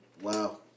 Wow